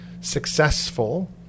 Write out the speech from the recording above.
successful